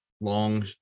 long